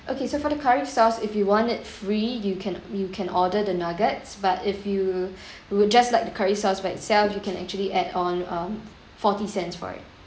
okay so for the curry sauce if you want it free you can you can order the nuggets but if you would just like the curry sauce by itself you can actually add on um forty cents for it